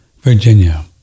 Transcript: Virginia